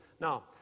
Now